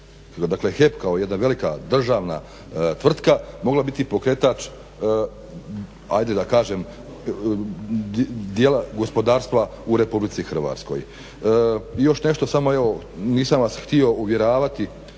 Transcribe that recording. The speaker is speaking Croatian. dakle HEP kao jedna velika državna tvrtka mogla biti pokretač ajde da kažem dijela gospodarstva u RH. I još nešto samo, nisam vas htio uvjeravati